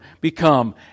become